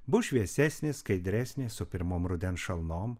bus šviesesnė skaidresnė su pirmom rudens šalnom